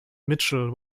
mitchell